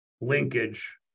linkage